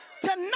Tonight